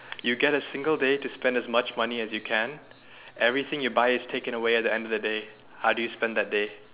you get a single day to spend as much money as you can everything you buy is taken away at the end of the day how would you spend that day